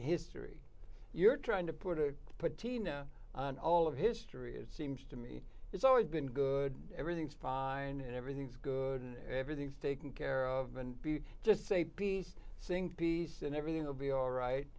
avoid history you're trying to put it put tina on all of history it seems to me it's always been good everything's prai and everything's good and everything's taken care of and be just say peace sing peace and everything will be alright